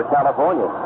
California